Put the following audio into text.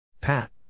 Pat